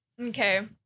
okay